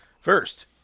First